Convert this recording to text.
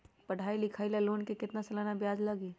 पढाई लिखाई ला लोन के कितना सालाना ब्याज लगी?